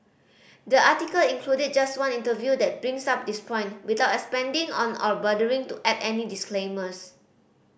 the article included just one interview that brings up this point without expanding on or bothering to add any disclaimers